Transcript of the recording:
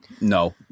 No